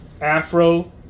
Afro